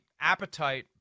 appetite